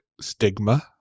stigma